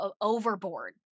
overboard